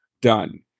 Done